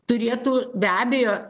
turėtų be abejo